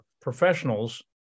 professionals